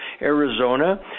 Arizona